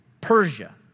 Persia